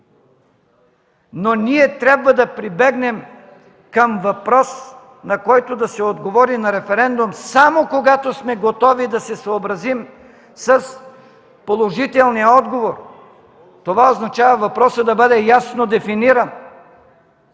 но ние трябва да прибегнем към въпрос, на който да се отговори на референдум, само когато сме готови да се съобразим с положителния отговор. Това означава въпросът да бъде ясно дефиниран,